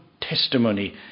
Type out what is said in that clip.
testimony